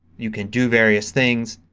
you can do various things.